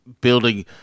building –